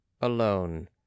alone